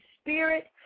spirit